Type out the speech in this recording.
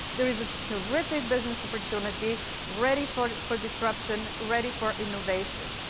there is a terrific business opportunity ready for for disruption, ready for innovation.